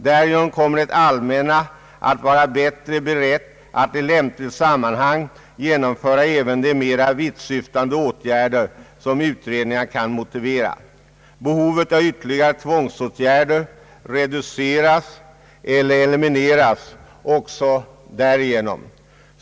Därigenom kommer det allmänna att vara bättre berett att i lämpligt sammanhang genomföra även de mera vittsyftande åtgärder som utredningarna kan motivera. Behovet av ytterligare tvångsåtgärder reduceras eller elimineras också på det sättet.